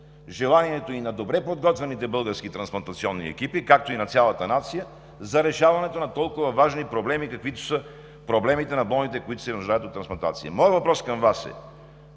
желанието и на добре подготвените български трансплантационни екипи, както и на цялата нация, за решаването на толкова важни проблеми, каквито са проблемите на болните, нуждаещи се от трансплантация. Моят въпрос към Вас е: